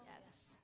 Yes